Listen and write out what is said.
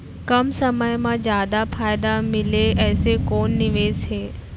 कम समय मा जादा फायदा मिलए ऐसे कोन निवेश हे?